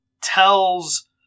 tells